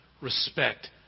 respect